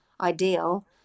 ideal